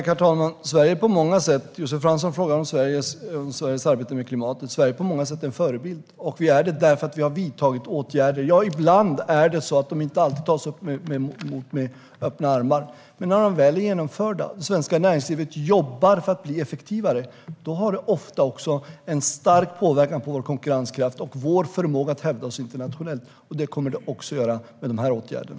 Herr talman! Josef Fransson frågar om Sveriges arbete med klimatet. Sverige är på många sätt en förebild, och vi är det därför att vi har vidtagit åtgärder. Åtgärderna tas inte alltid emot med öppna armar, men när de väl är genomförda och det svenska näringslivet jobbar för att bli effektivare har det ofta stark påverkan på vår konkurrenskraft och vår förmåga att hävda oss internationellt. Det kommer det att ha också med de här åtgärderna.